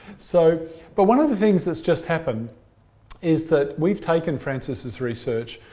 so but one of the things that's just happened is that we've taken frances's research,